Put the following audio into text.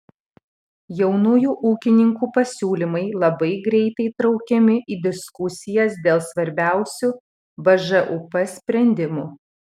jaunųjų ūkininkų pasiūlymai labai greitai įtraukiami į diskusijas dėl svarbiausių bžūp sprendimų